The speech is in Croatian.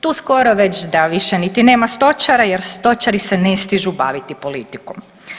Tu skoro da već da više niti nema stočara jer stočari se ne stižu baviti politikom.